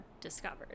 discovered